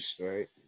Right